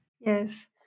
yes